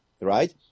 right